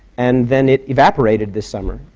and then it evaporated this summer.